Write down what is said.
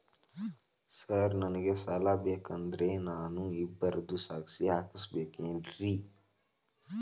Sir ನನಗೆ ಸಾಲ ಬೇಕಂದ್ರೆ ನಾನು ಇಬ್ಬರದು ಸಾಕ್ಷಿ ಹಾಕಸಬೇಕೇನ್ರಿ?